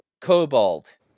cobalt